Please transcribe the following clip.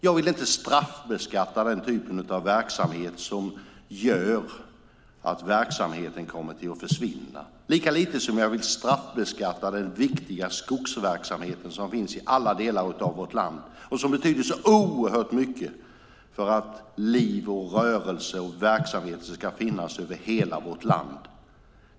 Jag vill inte straffbeskatta den typen av aktivitet som gör att verksamheten kommer att försvinna, lika lite som jag vill straffbeskatta den viktiga skogsverksamheten som finns i alla delar av vårt land och som betyder så oerhört mycket för att liv, rörelse och andra verksamheter ska finnas över hela vårt land.